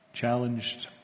challenged